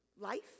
life